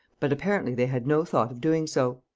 but apparently they had no thought of doing so.